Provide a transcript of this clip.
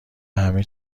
همه